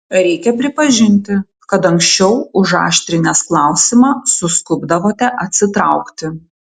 reikia pripažinti kad anksčiau užaštrinęs klausimą suskubdavote atsitraukti